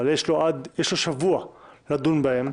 אבל יש לו שבוע לדון בהן.